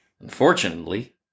Unfortunately